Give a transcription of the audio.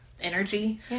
energy